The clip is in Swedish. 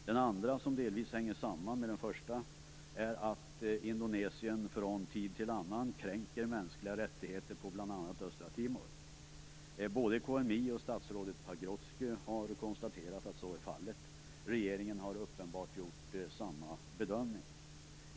Den andra, som delvis hänger samman med den första, är att Indonesien från tid till annan kränker mänskliga rättigheter på bl.a. Östra Timor. Både KMI och statsrådet Pagrotsky har konstaterat att så är fallet. Regeringen har uppenbart gjort samma bedömning.